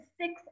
six